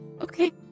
okay